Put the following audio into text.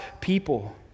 people